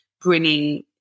bringing